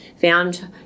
found